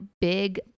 big